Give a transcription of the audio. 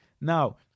Now